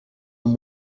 than